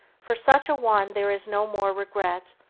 for such a one there is no more regret,